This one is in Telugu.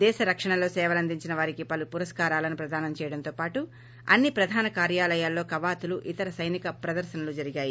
దేశ రక్షణలో సేవలందించిన వారికి పలు పురస్సారాలను ప్రదానం చేయడంతో పాటు అన్ని ప్రధాన కార్కాలయాల్లో కవాతులు ఇతర సైనిక ప్రదర్రనలు జరిగాయి